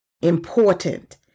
important